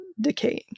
decaying